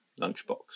lunchbox